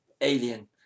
alien